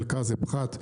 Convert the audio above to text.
חלקה זה פחת,